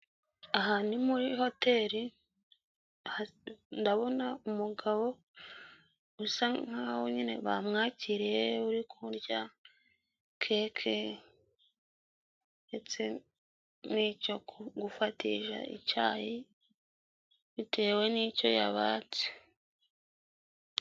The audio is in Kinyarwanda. Aha ni muri hoteri ndabona umugabo usa nkaho nyine bamwakiriye uri kurya keke ndetse n'icyo gufatisha icyayi bitewe n'icyo yabatse.